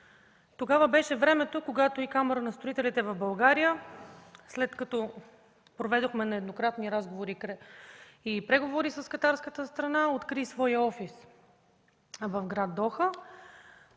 Тогава беше времето, когато и Камарата на строителите в България, след като проведохме нееднократни разговори и преговори с катарската страна, откри своя офис в град Доха.